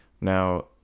now